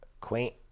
quaint